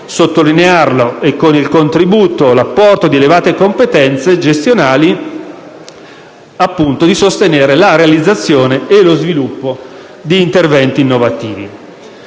sottolinearlo) e con il contributo e l'apporto di elevate competenze gestionali, di sostenere la realizzazione e lo sviluppo di interventi innovativi.